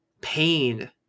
pain